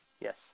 Yes